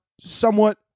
somewhat